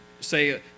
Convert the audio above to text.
say